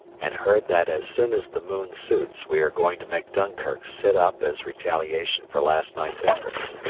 and heard that as soon as the moon suits we are going to make dunkirk sit up as retaliation for last night's efforts.